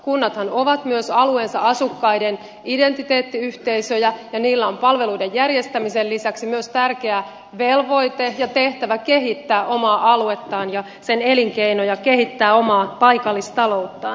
kunnathan ovat myös alueensa asukkaiden identiteettiyhteisöjä ja niillä on palveluiden järjestämisen lisäksi myös tärkeä velvoite ja tehtävä kehittää omaa aluettaan ja sen elinkeinoja kehittää omaa paikallistalouttaan